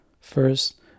first